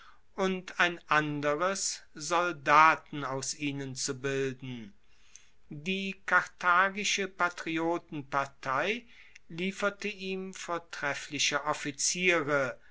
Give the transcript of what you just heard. und ein anderes soldaten aus ihnen zu bilden die karthagische patriotenpartei lieferte ihm vortreffliche offiziere